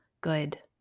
good